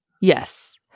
Yes